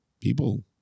people